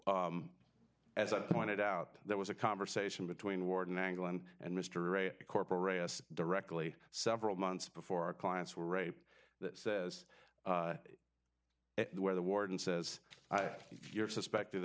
as i pointed out there was a conversation between warden angle and and mr ray corporation directly several months before our clients were rape that says where the warden says if you're suspected